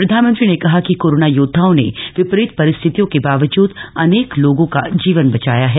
प्रधानमंत्री ने कहा कि कोरोना योद्वाओं ने विपरीत परिस्थितियों के बावजूद अनेक लोगों का जीवन बचाया है